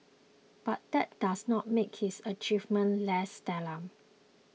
but that does not make his achievements less stellar